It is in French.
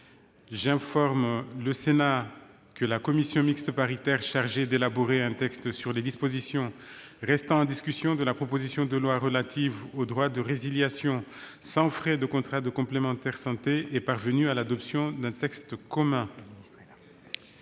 J'informe le Sénat que la commission mixte paritaire chargée d'élaborer un texte sur les dispositions restant en discussion de la proposition de loi relative au droit de résiliation sans frais de contrats de complémentaire santé est parvenue à l'élaboration d'un texte commun.